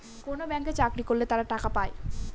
কোনো ব্যাঙ্কে চাকরি করলে তারা টাকা পায়